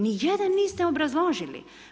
Ni jedan niste obrazložili.